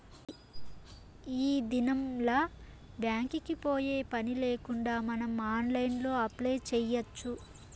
ఈ దినంల్ల బ్యాంక్ కి పోయే పనిలేకుండా మనం ఆన్లైన్లో అప్లై చేయచ్చు